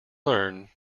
learn